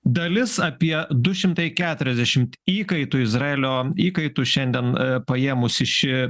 dalis apie du šimtai keturiasdešimt įkaitų izraelio įkaitų šiandien paėmusi ši